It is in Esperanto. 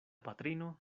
patrino